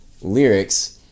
lyrics